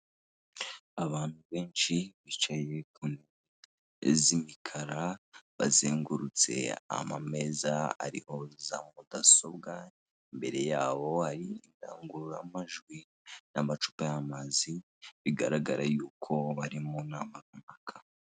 Abantu benshi bicaye ku ntebe z'imikara, bazengurutse amameza ariho za mudasobwa, imbere yabo hari indangururamajwi n'amacupa y'amazi, bigaragara yuko bari mu nama mpaka.